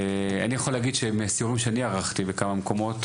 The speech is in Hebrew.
אני יכול להגיד שמסיורים שאני ערכתי בכמה מקומות,